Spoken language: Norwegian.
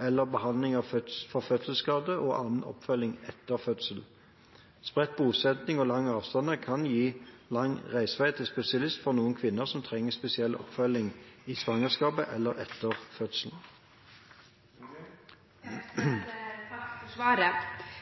eller behandling for fødselsskade og annen oppfølging etter fødsel. Spredt bosetting og lange avstander kan gi lang reisevei til spesialist for noen kvinner som trenger spesiell oppfølging i svangerskapet eller etter fødselen.